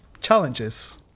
challenges